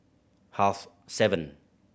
half seven